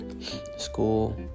school